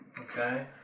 Okay